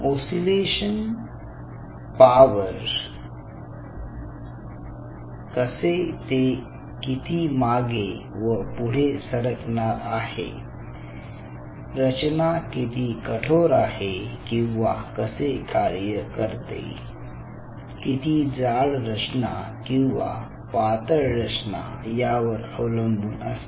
oscillation power कसे ते किती मागे व पुढे सरकणार आहे रचना किती कठोर आहे किंवा कसे कार्य करते किती जाड रचना किंवा पातळ रचना यावर अवलंबून असते